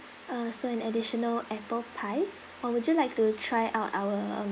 uh so an additional apple pie or would you like to try out our um